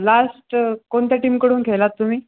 last कोणत्या टीमकडून खेळलात तुम्ही